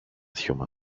human